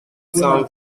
cent